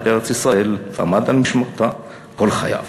את ארץ-ישראל ועמד על משמרתה כל חייו."